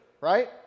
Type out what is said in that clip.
right